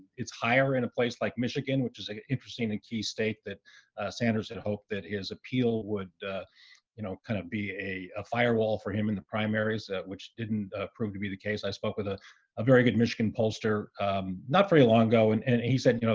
it's higher in a place like michigan, which is like an interesting and key state that sanders had hoped that his appeal would you know, kind of be a a firewall for him in the primaries, which didn't prove to be the case. i spoke with ah a very good michigan pollster not very long ago and and he said, you know,